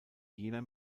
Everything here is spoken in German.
jener